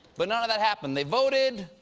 but none of that happened. they voted.